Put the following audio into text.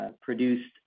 produced